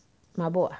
mabuk ah